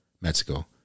Mexico